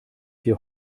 hier